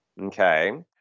okay